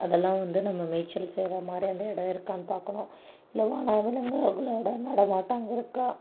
அதெல்லாம் வந்து நம்ம மேய்ச்சல் செய்கிற மாதிரி அந்த இடம் இருக்கானு பார்க்கணும் வனவிலங்குகளோட நடமாட்டம் அங்கே இருக்கா